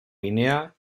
guinea